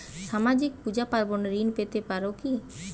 সামাজিক পূজা পার্বণে ঋণ পেতে পারে কি?